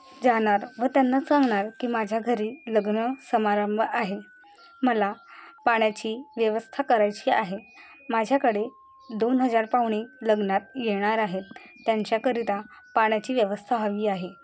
जाणार व त्यांना सांगणार की माझ्या घरी लग्न समारंभ आहे मला पाण्याची व्यवस्था करायची आहे माझ्याकडे दोन हजार पाहुणे लग्नात येणार आहेत त्यांच्याकरिता पाण्याची व्यवस्था हवी आहे